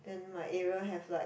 then my area have like